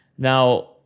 Now